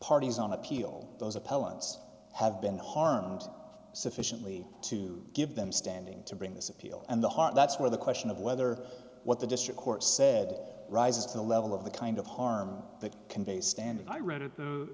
parties on appeal those appellants have been harmed sufficiently to give them standing to bring this appeal and the heart that's where the question of whether what the district court said rises to the level of the kind of harm that can be a standard i read it t